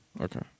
Okay